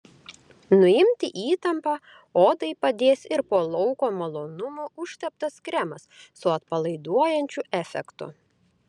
nuimti įtampą odai padės ir po lauko malonumų užteptas kremas su atpalaiduojančiu efektu